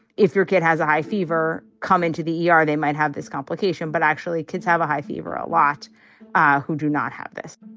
if your kid has a high fever, come into the e r, they might have this complication. but actually, kids have a high fever a lot who do not have this.